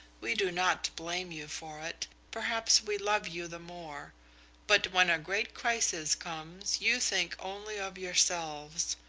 we do not blame you for it perhaps we love you the more but when a great crisis comes you think only of yourselves.